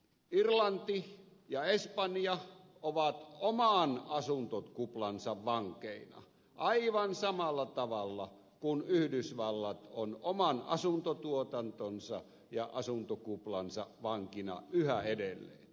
irlanti ja espanja ovat oman asuntokuplansa vankeina aivan samalla tavalla kuin yhdysvallat on oman asuntotuotantonsa ja asuntokuplansa vankina yhä edelleen